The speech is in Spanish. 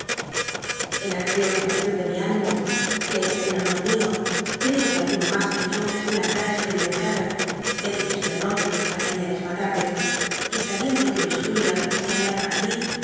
en aquella tt ubaciou de mi ünimo que en honor mio creo r ue alguno mas que yo la halmi experimentado me dirigí ü nol'lrood aquella misma l wdc y sabiendo que miss julia se hallaba allí